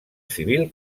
civil